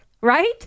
right